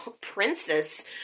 princess